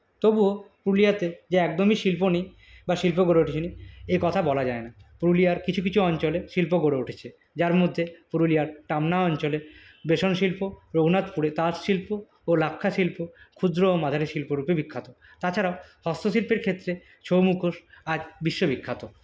তবুও পুরুলিয়াতে যে একদমই শিল্প নেই বা শিল্প গড়ে ওঠেনি এ কথা বলা যায়না পুরুলিয়ার কিছু কিছু অঞ্চলে শিল্প গড়ে উঠেছে যার মধ্যে পুরুলিয়ার টামনা অঞ্চলে রেশম শিল্প রঘুনাথপুরে তাঁত শিল্প ও লাক্ষা শিল্প ক্ষুদ্র ও মাঝারি শিল্প রূপে বিখ্যাত তাছাড়া হস্তশিল্পের ক্ষেত্রে ছৌ মুখোশ আজ বিশ্ববিখ্যাত